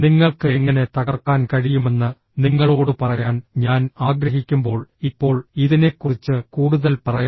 നിങ്ങൾക്ക് എങ്ങനെ തകർക്കാൻ കഴിയുമെന്ന് നിങ്ങളോട് പറയാൻ ഞാൻ ആഗ്രഹിക്കുമ്പോൾ ഇപ്പോൾ ഇതിനെക്കുറിച്ച് കൂടുതൽ പറയാം